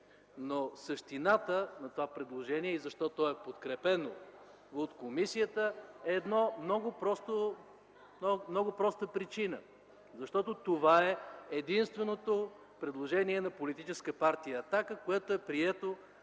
Същината на това предложение и защото е подкрепено от комисията е една проста причина, защото това е единственото предложение на политическа партия „Атака”, което е прието